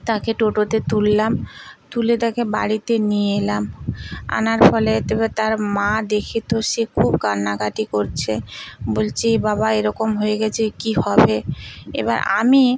তাকে টোটোতে তুললাম তুলে তাকে বাড়িতে নিয়ে এলাম আনার ফলে তো এবার তার মা দেখে তো সে খুব কান্নাকাটি করছে বলচে এ বাবা এরকম হয়ে গেচে কী হবে এবার আমি